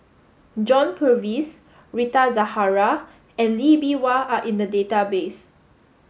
John Purvis Rita Zahara and Lee Bee Wah are in the database